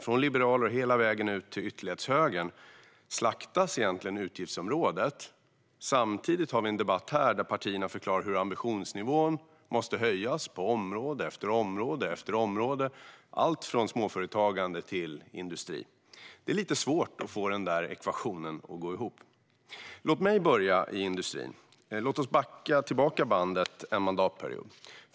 Från liberaler och hela vägen ut till ytterlighetshögern slaktas egentligen utgiftsområdet. Samtidigt har vi en debatt här där partierna förklarar hur ambitionsnivån måste höjas på område efter område, allt från småföretagande till industri. Det är lite svårt att få den där ekvationen att gå ihop. Låt mig börja med industrin. Låt oss backa tillbaka bandet en mandatperiod.